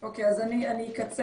אוקיי, אז אני אקצר.